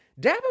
Dabo